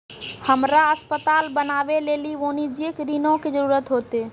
हमरा अस्पताल बनाबै लेली वाणिज्यिक ऋणो के जरूरत होतै